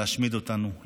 להשמיד אותנו,